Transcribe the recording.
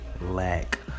lack